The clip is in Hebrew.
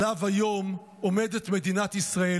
עליהם עומדת מדינת ישראל